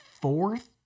fourth